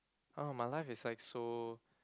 ah my life is like so